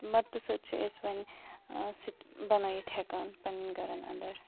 مَددتہٕ سۭتۍ چھِ أسۍ وۄنۍ سُہ تہِ بنٲیِتھ ہیکان پَننٮ۪ن گَرن اَندر